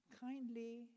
kindly